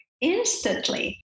instantly